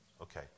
Okay